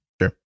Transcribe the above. Sure